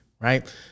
right